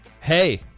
Hey